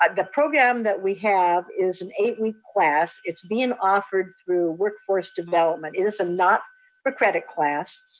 um the program that we have is an eight week class. it's being offered through workforce development, it is a not for credit class.